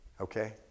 okay